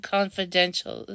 Confidential